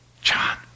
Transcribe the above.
John